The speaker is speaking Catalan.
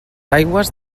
aigües